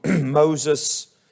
Moses